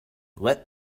let